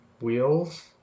Wheels